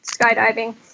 skydiving